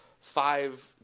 five